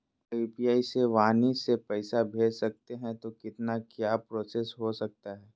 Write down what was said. क्या यू.पी.आई से वाणी से पैसा भेज सकते हैं तो कितना क्या क्या प्रोसेस हो सकता है?